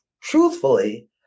truthfully